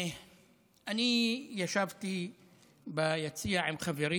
אני ישבתי ביציע עם חברים